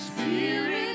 Spirit